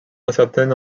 incertaine